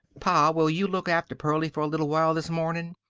pa, will you look after pearlie for a little while this morning?